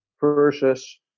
versus